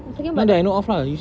can you but